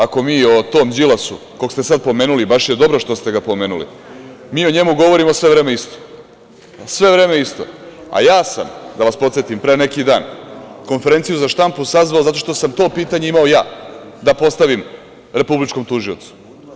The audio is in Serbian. Ako mi o tom Đolasu, koga ste sada pomenuli i je dobro što ste ga pomenuli, govorimo sve vreme isto, a ja sam, da vas podsetim, pre neki dan konferenciju za štampu sazvao zato što sam to pitanje imao ja da postavim Republičkom tužiocu.